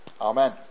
Amen